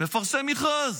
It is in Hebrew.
ומפרסם מכרז.